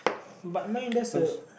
but mine just a